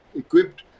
equipped